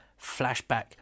flashback